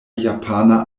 japana